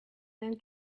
them